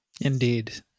indeed